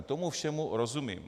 Tomu všemu rozumím.